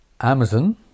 Amazon